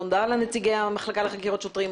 מודה לנציגי המחלקה לחקירות שוטרים,